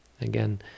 Again